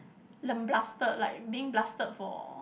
lambasted like being blasted for